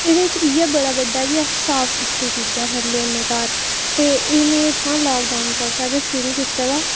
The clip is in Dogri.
एह्दे च इयै बड़ा बड्डा की अस साफ सुथरी खन्ने होने घर ते एह् में इत्थां लाकडाऊन परा गै शुरू कीते दा